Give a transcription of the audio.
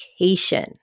education